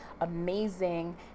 amazing